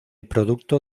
producto